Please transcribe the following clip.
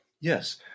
Yes